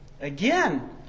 Again